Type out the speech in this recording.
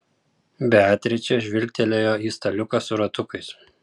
beatričė žvilgtelėjo į staliuką su ratukais